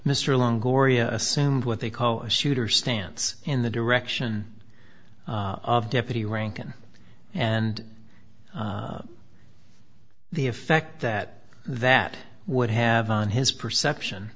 mr long gloria assumed what they call a shooter stance in the direction of deputy rincon and the effect that that would have on his perception